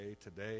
today